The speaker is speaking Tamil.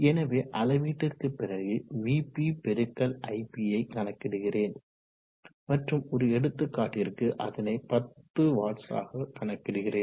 எனவே அளவீட்டிற்கு பிறகு vp பெருக்கல் ip யை கணக்கிடுகிறேன் மற்றும் ஒரு எடுத்துக்காட்டிற்கு அதனை 10 வாட்ஸ் ஆக கணக்கிடுகிறேன்